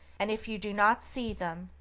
and if you do not see them,